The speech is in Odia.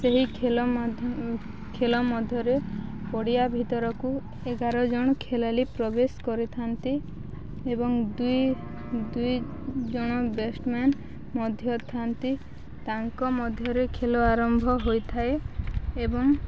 ସେହି ଖେଳ ଖେଳ ମଧ୍ୟରେ ପଡ଼ିଆ ଭିତରକୁ ଏଗାର ଜଣ ଖେଳାଳି ପ୍ରବେଶ କରିଥାନ୍ତି ଏବଂ ଦୁଇ ଦୁଇ ଜଣ ବ୍ୟାଟ୍ମ୍ୟାନ୍ ମଧ୍ୟ ଥାନ୍ତି ତାଙ୍କ ମଧ୍ୟରେ ଖେଳ ଆରମ୍ଭ ହୋଇଥାଏ ଏବଂ